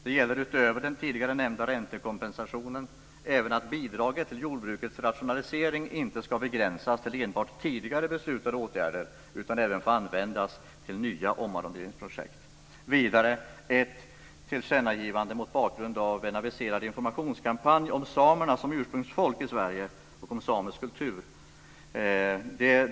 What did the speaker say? Det gäller utöver den tidigare nämnda räntekompensationen även att bidraget till jordbrukets rationalisering inte ska begränsas till enbart tidigare beslutade åtgärder, utan även få användas till nya omarronderingsprojekt. Vidare ett tillkännagivande mot bakgrund av en aviserad informationskampanj om samerna som ursprungsfolk i Sverige och om samisk kultur.